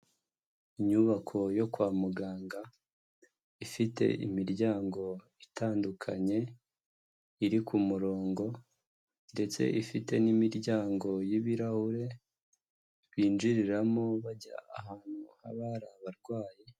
Inyubako yo kwa muganga, ifite imiryango itandukanye, iri ku murongo ndetse ifite n'imiryango y'ibirahure binjiriramo bajya ahantu haba hari abarwayi